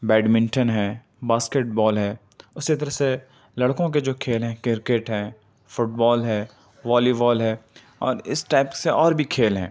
bed منٹن ہے basketball ہے اسی طرح سے لڑکوں کے جو کھیل ہیں کرکٹ ہے فٹ بال ہے والی وال ہے اور اس ٹائپ سے اور بھی کھیل ہیں